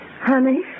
Honey